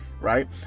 right